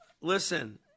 Listen